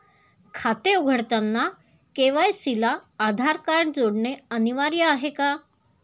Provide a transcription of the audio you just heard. खाते उघडताना के.वाय.सी ला आधार कार्ड जोडणे अनिवार्य आहे का?